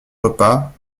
repas